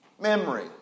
Memory